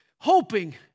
hoping